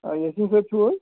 آ یاسیٖن صٲب چھُو حظ